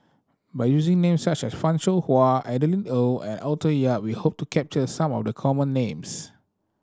by using names such as Fan Shao Hua Adeline Ooi and Arthur Yap we hope to capture some of the common names